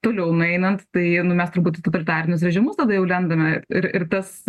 toliau nueinant tai nu mes turbūt į totalitarinius režimus labai jau lendame ir ir tas